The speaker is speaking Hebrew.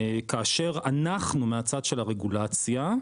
כאשר אנחנו, מהצד של הרגולציה,